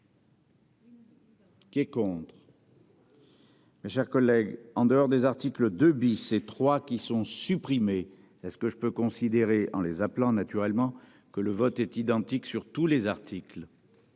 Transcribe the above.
Qui est contre. Chers collègues, en dehors des articles de bis trois qui sont supprimés, est-ce que je peux considérer en les appelant naturellement. Que le vote est identique sur tous les articles.